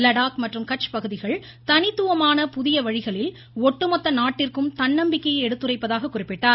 லடாக் மற்றும் கட்ச் பகுதிகள் தனித்துவமான புதிய வழிகளில் ஒட்டுமொத்த நாட்டிற்கும் தன்னம்பிக்கையை எடுத்துரைப்பதாக குறிப்பிட்டார்